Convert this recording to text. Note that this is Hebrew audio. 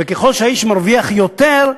וככל שהאיש מרוויח יותר,